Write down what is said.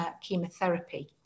chemotherapy